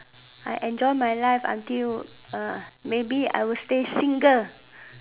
I enjoy my life until err maybe I'll stay single